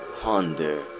ponder